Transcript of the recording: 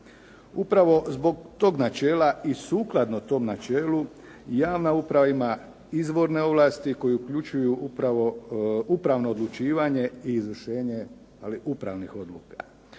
Upravo zbog tog načela i sukladno tom načelu, javna uprava ima izvorne ovlasti koje uključuju upravno odlučivanje i izvršenje ali upravnih odluka.